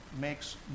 makes